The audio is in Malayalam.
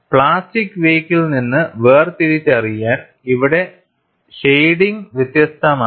പ്ലാസ്റ്റിക് വേക്കിൽ നിന്ന് വേർതിരിച്ചറിയാൻ ഇവിടെ ഷേഡിംഗ് വ്യത്യസ്തമാണ്